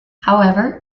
however